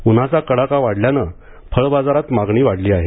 उन्हाचा कडाका वाढल्याने फळ बाजारात मागणी वाढली आहे